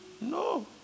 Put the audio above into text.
No